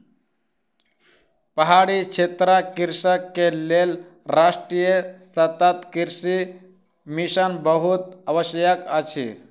पहाड़ी क्षेत्रक कृषक के लेल राष्ट्रीय सतत कृषि मिशन बहुत आवश्यक अछि